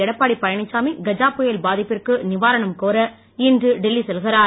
எடப்பாடி பழனிச்சாமி கஜா புயல் பாதிப்பிற்கு நிவாரணம் கோர இன்று டெல்லி செல்கிறார்